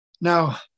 Now